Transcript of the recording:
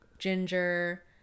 ginger